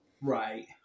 Right